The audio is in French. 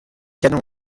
canons